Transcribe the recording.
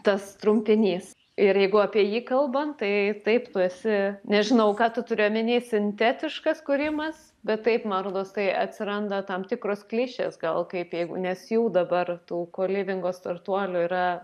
tas trumpinys ir jeigu apie jį kalbant tai taip tu esi nežinau ką tu turiu omeny sintetiškas kūrimas bet taip man rodos tai atsiranda tam tikros klišės gal kaip jeigu nes jų dabar tų kolivingo startuolių yra